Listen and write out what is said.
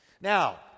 Now